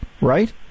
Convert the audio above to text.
right